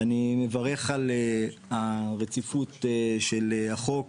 אני מברך על הרציפות של החוק,